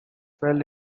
fell